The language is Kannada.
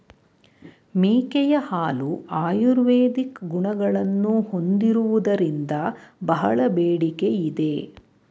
ಮೇಕೆಯ ಹಾಲು ಆಯುರ್ವೇದಿಕ್ ಗುಣಗಳನ್ನು ಹೊಂದಿರುವುದರಿಂದ ಬಹಳ ಬೇಡಿಕೆ ಇದೆ